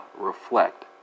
reflect